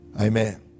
Amen